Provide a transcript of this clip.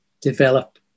develop